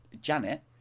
Janet